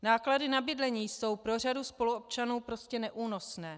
Náklady na bydlení jsou pro řadu spoluobčanů prostě neúnosné.